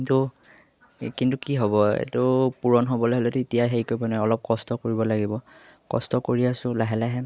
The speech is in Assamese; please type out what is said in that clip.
কিন্তু কিন্তু কি হ'ব এইটো পূৰণ হ'বলৈ হ'লেতো এতিয়া হেৰি কৰিব নোৱাৰি অলপ কষ্ট কৰিব লাগিব কষ্ট কৰি আছোঁ লাহে লাহে